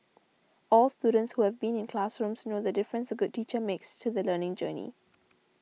all students who have been in classrooms know the difference a good teacher makes to the learning journey